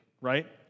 Right